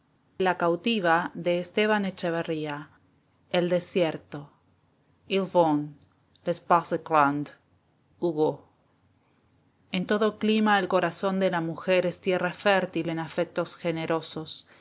the wine and oil samaritans in every situation byron en todo clima el corazón de la mujer es tierra fértil en afectos generosos